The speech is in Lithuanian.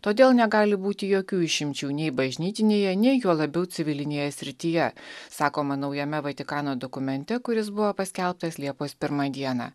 todėl negali būti jokių išimčių nei bažnytinėje nei juo labiau civilinėje srityje sakoma naujame vatikano dokumente kuris buvo paskelbtas liepos pirmą dieną